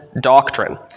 doctrine